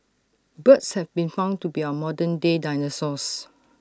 birds have been found to be our modern day dinosaurs